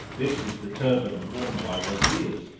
this is the turband worn by wazirs,